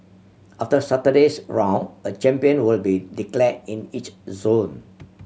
after Saturday's round a champion will be declared in each zone